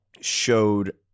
showed